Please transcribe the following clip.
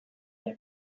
dira